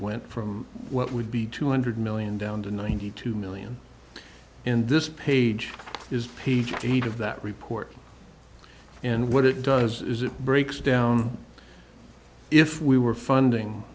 went from what would be two hundred million down to ninety two million in this page is page eight of that report and what it does is it breaks down if we were funding